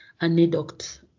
anecdote